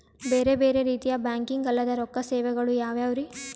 ಬೇರೆ ಬೇರೆ ರೀತಿಯ ಬ್ಯಾಂಕಿಂಗ್ ಅಲ್ಲದ ರೊಕ್ಕ ಸೇವೆಗಳು ಯಾವ್ಯಾವ್ರಿ?